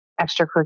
extracurricular